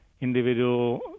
individual